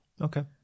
Okay